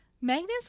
Magnus